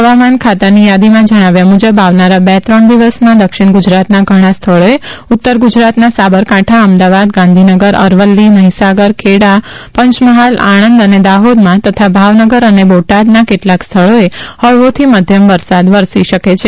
હવામાન ખાતાની યાદીમાં જણાવ્યા મુજબ આવનારા બે ત્રણ દિવસમાં દક્ષિણ ગુજરાતના ઘણા સ્થળોએ ઉત્તર ગુજરાતના સાબરકાંઠા અમદાવાદ ગાંધીનગર અરવલ્લી મહિસાગર ખેડા પંચમહાલ આણંદ અને દાહોદમાં તથા ભાવનગર અને બોટાદના કેટલાંક સ્થળોએ હળવોથી મધ્યમ વરસાદ વરસી શકે છે